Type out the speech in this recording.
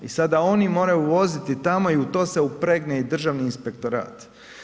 I sad da oni moraju voziti tamo i u to se upregne i Državni inspektorat.